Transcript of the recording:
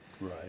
Right